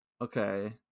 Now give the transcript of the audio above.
okay